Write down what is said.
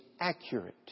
accurate